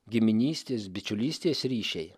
giminystės bičiulystės ryšiai